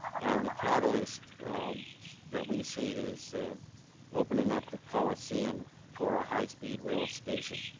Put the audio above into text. and the catalyst that we see is opening up the coliseum for a high-speed rail station.